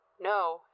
No